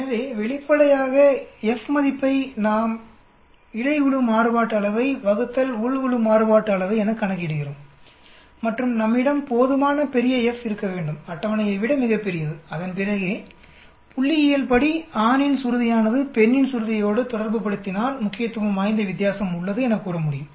எனவே வெளிப்படையாக எஃப் மதிப்பை நாம் இடை குழு மாறுபாட்டு அளவை உள் குழு மாறுபாட்டு அளவை என கணக்கிடுகிறோம் மற்றும்நம்மிடம் போதுமான பெரிய F இருக்க வேண்டும் அட்டவணையை விட மிகப் பெரியது அதன்பிறகே புள்ளியியல்படி ஆணின் சுருதியானது பெண்ணின் சுருதியோடு தொடர்புப்படுத்தினால் முக்கியத்துவம் வாய்ந்த வித்தியாசம் உள்ளது எனக்கூற முடியும்